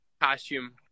costume